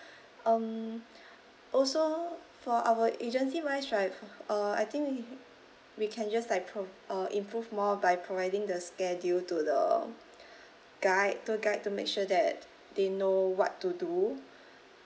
um also for our agency wise right uh I think we we can just like pro~ uh improve more by providing the schedule to the guide tour guide to make sure that they know what to do